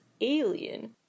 Alien